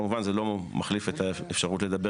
כמובן זה לא מחליף את האפשרות לדבר,